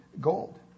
Gold